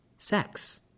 sex